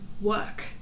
work